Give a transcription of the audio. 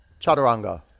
Chaturanga